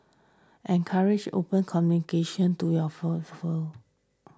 encourage open communication to your full full